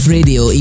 Radio